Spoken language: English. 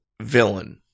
villain